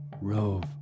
rove